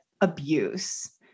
abuse